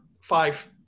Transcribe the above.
five